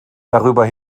darüber